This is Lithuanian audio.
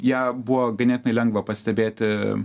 ją buvo ganėtinai lengva pastebėti